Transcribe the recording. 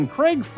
Craig